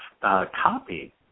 copy